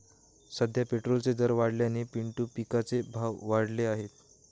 सध्या पेट्रोलचे दर वाढल्याने पिंटू पिकाचे भाव वाढले आहेत